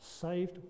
Saved